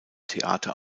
theater